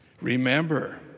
Remember